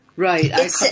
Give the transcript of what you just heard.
Right